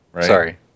Sorry